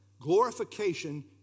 Glorification